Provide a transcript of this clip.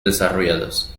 desarrolladas